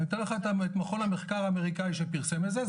אני אתן לך את מכון המחקר האמריקאי שפרסם את זה,